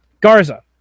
Garza